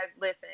listen